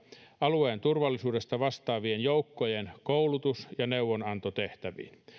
alueen turvallisuudesta vastaavien joukkojen koulutus ja neuvonantotehtäviin